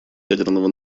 ядерного